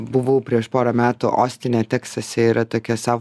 buvau prieš porą metų ostine teksase yra tokia sau